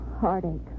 heartache